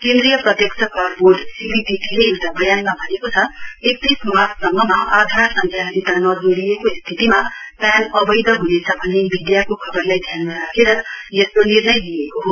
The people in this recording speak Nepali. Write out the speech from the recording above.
केन्द्रीय प्रत्यक्ष कर बोर्ड सीबीडीटीले एउटा बयानमा भनेको छ एकतीस मार्चसम्ममा आधार संङ्ख्यासित नजोडिएको स्थतिमा पेन अवैध हनेछ भन्ने मीडियाको खबरलाई ध्यानमा राखेर यस्तो निर्णय लिइएको हो